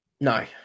No